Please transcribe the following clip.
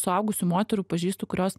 suaugusių moterų pažįstu kurios